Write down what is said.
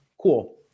Cool